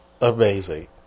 amazing